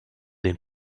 den